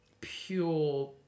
pure